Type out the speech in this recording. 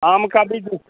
आम का भी जूस